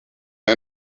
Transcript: man